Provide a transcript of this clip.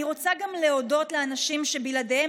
אני רוצה להודות גם לאנשים שבלעדיהם